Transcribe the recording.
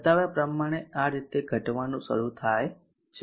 બતાવ્યા પ્રમાણે આ રીતે ઘટવાનું શરૂ થાય છે